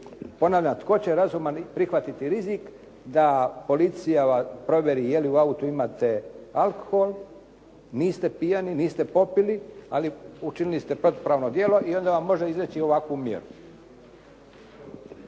Ponavljam, tko će razuman prihvatiti rizik da policija provjeri je li u autu imate alkohol, niste pijani, niste popili, ali učinili ste protupravno djelo i onda vam može izreći ovakvu mjeru.